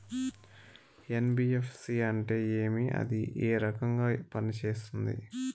NBFC అంటే ఏమి అది ఏ రకంగా పనిసేస్తుంది